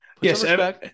Yes